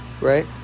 Right